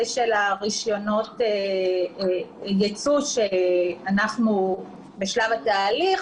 של רישיונות היצוא שאנחנו בשלב התהליך,